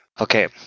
Okay